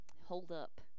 Hold-up